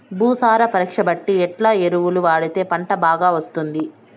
భూసార పరీక్ష బట్టి ఎట్లా ఎరువులు వాడితే పంట బాగా వస్తుంది?